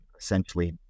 essentially